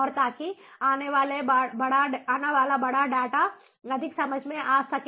और ताकि आने वाला बड़ा डेटा अधिक समझ में आ सके